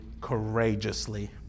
courageously